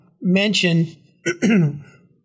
mention